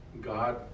God